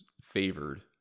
favored